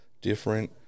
different